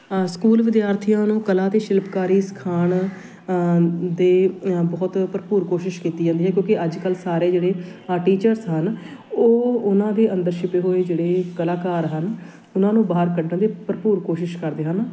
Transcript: school ਵਿਦਿਆਰਥੀਆਂ ਨੂੰ ਕਲਾ ਅਤੇ ਸ਼ਿਲਪਕਾਰੀ ਸਿਖਾਉਣ ਦੇ ਬਹੁਤ ਭਰਪੂਰ ਕੋਸ਼ਿਸ਼ ਕੀਤੀ ਜਾਂਦੀ ਹੈ ਕਿਉਂਕਿ ਅੱਜ ਕੱਲ੍ਹ ਸਾਰੇ ਜਿਹੜੇ ਆ ਟੀਚਰਸ ਹਨ ਉਹ ਉਹਨਾਂ ਦੇ ਅੰਦਰ ਛਿਪੇ ਹੋਏ ਜਿਹੜੇ ਕਲਾਕਾਰ ਹਨ ਉਹਨਾਂ ਨੂੰ ਬਾਹਰ ਕੱਢਣ ਦੀ ਭਰਪੂਰ ਕੋਸ਼ਿਸ਼ ਕਰਦੇ ਹਨ